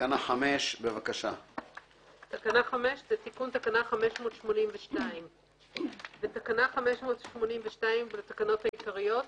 תקנה 5. זה תיקון תקנה 582. בתקנה 582 לתקנות העיקריות,